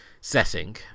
setting